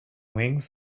wings